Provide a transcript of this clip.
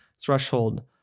Threshold